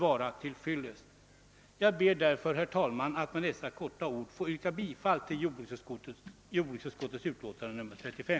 : Herr talman, jag ber att med det sagda få yrka bifall till jordbruksutskottets hemställan i dess utlåtande nr 35.